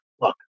look